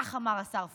כך אמר השר פריג'.